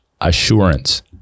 assurance